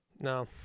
No